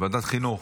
ועדת חינוך.